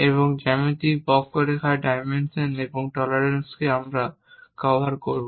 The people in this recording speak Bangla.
এবং জ্যামিতিক বক্ররেখার ডাইমেনশন এবং টলারেন্সকে আমরা কভার করব